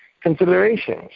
considerations